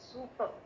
Super